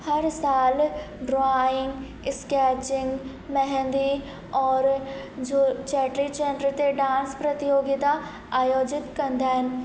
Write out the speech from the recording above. हर सालु drawing sketching मैहंदी औरि जो चेटी चंड ते डांस प्रतियोगिता आयोजित कंदा आहिनि